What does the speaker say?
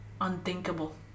unthinkable